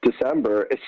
December